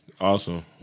Awesome